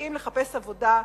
שבאים לחפש עבודה,